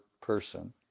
person